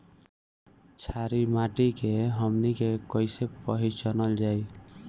छारी माटी के हमनी के कैसे पहिचनल जाइ?